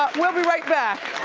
ah we'll be right back.